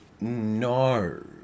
No